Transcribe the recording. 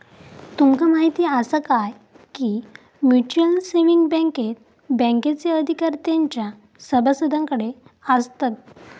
तुमका म्हायती आसा काय, की म्युच्युअल सेविंग बँकेत बँकेचे अधिकार तेंच्या सभासदांकडे आसतत